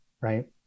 right